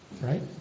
Right